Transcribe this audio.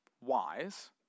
wise